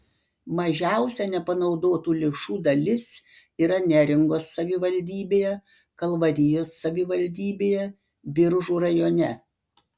mažiausia nepanaudotų lėšų dalis yra neringos savivaldybėje kalvarijos savivaldybėje biržų rajone